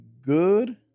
good